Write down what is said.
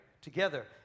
together